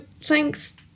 thanks